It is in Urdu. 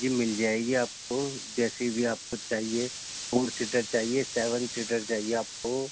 جی مل جائے گی آپ کو جیسی بھی آپ کو چاہیے ٹو سیٹر چاہیے سیون سیٹر چاہیے آپ کو